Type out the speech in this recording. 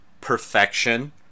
Perfection